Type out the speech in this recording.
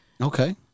Okay